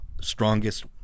strongest